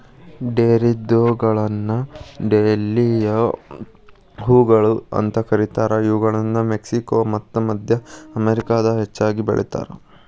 ಡೇರೆದ್ಹೂಗಳನ್ನ dahlia ಹೂಗಳು ಅಂತ ಕರೇತಾರ, ಇವುಗಳನ್ನ ಮೆಕ್ಸಿಕೋ ಮತ್ತ ಮದ್ಯ ಅಮೇರಿಕಾದಾಗ ಹೆಚ್ಚಾಗಿ ಬೆಳೇತಾರ